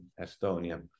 Estonia